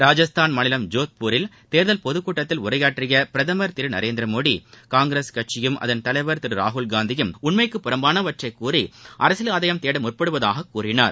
ராஜஸ்தான் மாநிலம் ஜோத்பூரில் தேர்தல் பொதுக்கூட்டத்தில் உரையாற்றிய பிரதமர் திரு நரேந்திரமோடி காங்கிரஸ் கட்சியும் அதன் தலைவர் திரு ராகுல்காந்தியும் உண்மைக்கு புறம்பானவற்றைக் கூறி அரசியல் ஆதாயம் தேட முற்படுவதாக கூறினார்